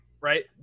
right